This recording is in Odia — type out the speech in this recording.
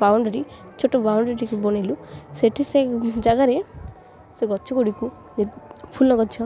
ବାଉଣ୍ଡ୍ରି ଛୋଟ ବାଉଣ୍ଡ୍ରି ଟିକେ ବନାଇଲୁ ସେଠି ସେ ଜାଗାରେ ସେ ଗଛ ଗୁଡ଼ିକୁ ଫୁଲ ଗଛ